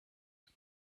had